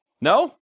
No